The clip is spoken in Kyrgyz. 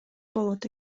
болот